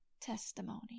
testimony